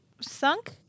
sunk